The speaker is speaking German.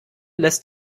lässt